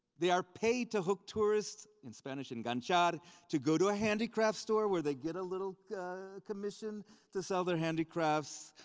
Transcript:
they are paid to hook tourists, in spanish, enganchado to go to a handicraft store where they get a little commission to sell their handicrafts,